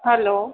hello